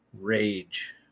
Rage